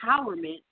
empowerment